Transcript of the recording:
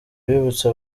bibutse